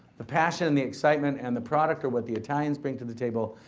the passion, and the excitement and the product are what the italians bring to the table.